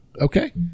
okay